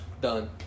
done